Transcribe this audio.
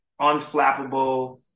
unflappable